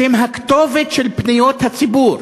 שהם הכתובת של פניות הציבור.